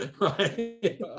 Right